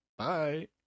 Bye